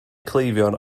cleifion